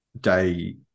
day